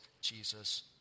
Jesus